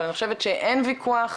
אבל אני חושבת שאין וויכוח,